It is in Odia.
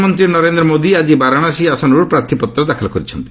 ପ୍ରଧାନମନ୍ତ୍ରୀ ନରେନ୍ଦ୍ର ମୋଦି ଆଜି ବାରାଣସୀ ଆସନରୁ ପ୍ରାର୍ଥୀପତ୍ର ଦାଖଲ କରିଛନ୍ତି